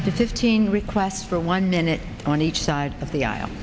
up to fifteen requests for one minute on each side of the aisl